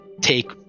take